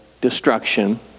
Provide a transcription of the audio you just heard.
destruction